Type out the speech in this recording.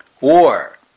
War